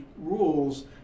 rules